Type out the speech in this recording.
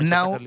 Now